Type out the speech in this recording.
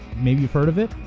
maybe you've heard of it.